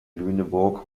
lüneburg